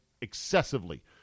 excessively